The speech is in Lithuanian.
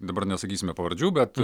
dabar nesakysime pavardžių bet